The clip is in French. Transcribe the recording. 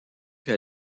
que